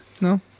no